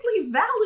valid